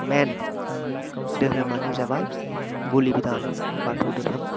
मेइन दोहोरोमानो जाबाय बोलि बिदान बाथौ दोहोरोम